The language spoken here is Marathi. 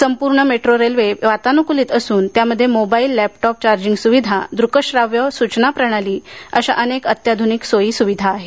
संपूर्ण ट्रेन वातानुकूलित असून त्यामध्ये मोबाईल लॅपटॉप चार्जिंग सुविधा दृकश्राव्य सूचनाप्रणाली अशा अनेक अत्याधुनिक सोयीसुविधा आहेत